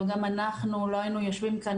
אבל גם אנחנו לא היינו יושבים כאן,